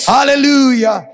Hallelujah